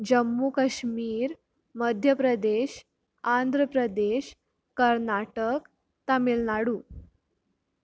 Jammu Kashmir Madhya Pradesh Andhra Pradesh Karnataka Tamil Nadu